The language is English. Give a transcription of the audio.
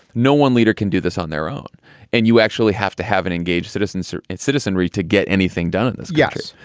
no one leader can do this on their own and you actually have to have an engaged citizens citizens or citizenry to get anything done in this got.